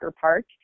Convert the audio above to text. Park